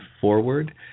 forward